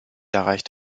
erreicht